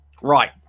Right